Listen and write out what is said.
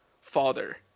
father